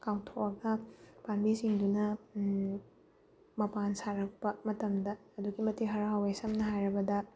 ꯀꯥꯎꯊꯣꯛꯑꯒ ꯄꯥꯝꯕꯤꯁꯤꯡꯗꯨꯅ ꯃꯄꯥꯟ ꯁꯥꯔꯛꯄ ꯃꯇꯝꯗ ꯑꯗꯨꯛꯀꯤ ꯃꯇꯤꯛ ꯍꯔꯥꯎꯋꯦ ꯁꯝꯅ ꯍꯥꯏꯔꯕꯗ